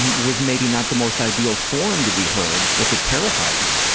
and was maybe not the most ideal forum to be heard, if it terrified you.